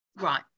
Right